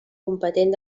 competent